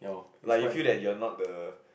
like you feel that you are not the